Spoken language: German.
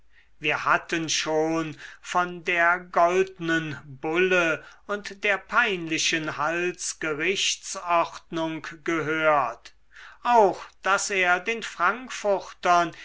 wir hatten schon von der goldnen bulle und der peinlichen halsgerichtsordnung gehört auch daß er den frankfurtern